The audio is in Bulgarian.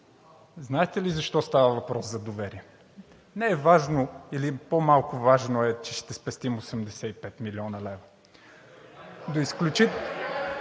Знаете ли защо става въпрос за доверие? Не е важно или по-малко важно е, че ще спестим 85 милиона лева РЕПЛИКИ